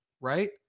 right